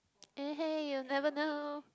you'll never know